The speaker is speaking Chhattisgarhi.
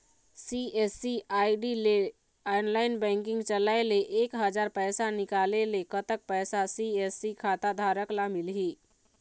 सी.एस.सी आई.डी ले ऑनलाइन बैंकिंग चलाए ले एक हजार पैसा निकाले ले कतक पैसा सी.एस.सी खाता धारक ला मिलही?